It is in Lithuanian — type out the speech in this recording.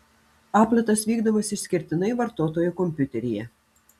apletas vykdomas išskirtinai vartotojo kompiuteryje